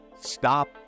stop